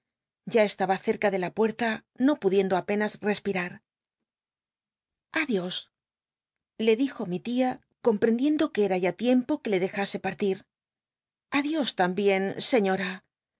ya estaba cerca de la puerta no l udicndo apenas rcspirar a dios le dijo mi t ia comprendiendo qucera ya tiempo de que le dejase partir adios tambicn señora